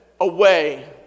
away